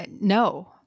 No